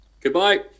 Goodbye